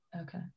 okay